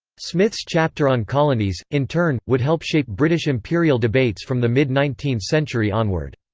smith's chapter on colonies, in turn, would help shape british imperial debates from the mid nineteenth century onward.